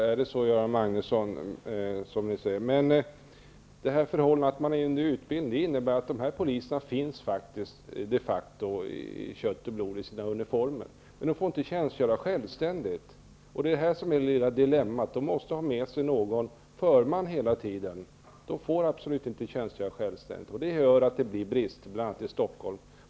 Fru talman! De poliser som är under utbildning innebär att de de facto med kött och blod är i sina uniformer, men de får inte tjänstgöra självständigt. Detta är ett dilemma. De måste ha med sig någon förman hela tiden. De får absolut inte tjänstgöra självständigt. Därför blir det brister, bl.a. i Stockholm.